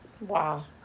Wow